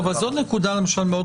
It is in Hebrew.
אבל זו נקודה מאוד חשובה.